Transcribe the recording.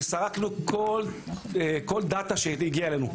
וסרקנו כל דאטא שהגיעה אלינו.